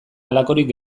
halakorik